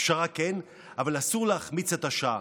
פשרה, כן, אבל אסור להחמיץ את השעה.